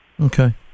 Okay